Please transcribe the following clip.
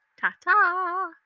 Ta-ta